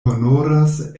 honoras